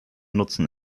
nutzen